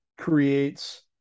creates